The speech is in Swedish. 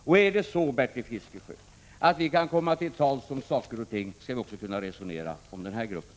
Och är det så, Bertil Fiskesjö, att vi kan komma till tals om saker och ting, skall vi också kunna resonera om den här gruppen.